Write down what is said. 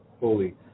fully